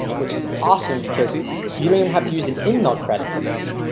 which is awesome because you didn't and have to use an inmail credit for this.